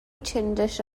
چندش